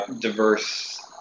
diverse